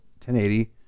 1080